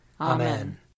Amen